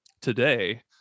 today